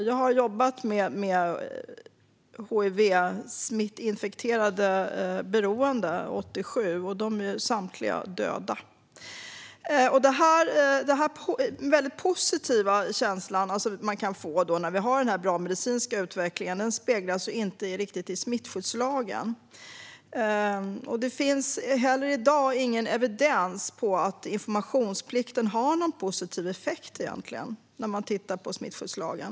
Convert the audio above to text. Jag har jobbat med hivsmittinfekterade beroende 1987, och de är samtliga döda. Den väldigt positiva känsla man kan få när vi har den bra medicinska utvecklingen speglas inte riktigt i smittskyddslagen. Det finns heller i dag inte någon evidens för att informationsplikten egentligen har någon positiv effekt när man tittar på smittskyddslagen.